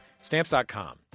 Stamps.com